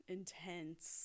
intense